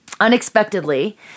unexpectedly